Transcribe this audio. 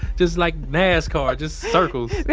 just like nascar, just circles.